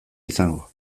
izango